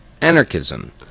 Anarchism